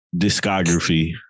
discography